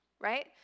right